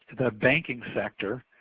the banking sector